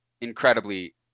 incredibly